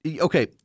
Okay